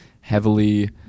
heavily